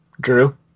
Drew